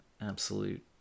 absolute